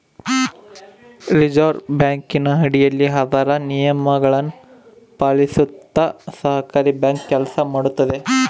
reserve ಬ್ಯಾಂಕಿನ ಅಡಿಯಲ್ಲಿ ಅದರ ನಿಯಮಗಳನ್ನು ಪಾಲಿಸುತ್ತ ಸಹಕಾರಿ ಬ್ಯಾಂಕ್ ಕೆಲಸ ಮಾಡುತ್ತದೆ